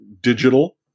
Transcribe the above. digital